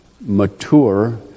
mature